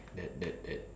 that that that